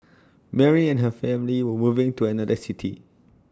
Mary and her family were moving to another city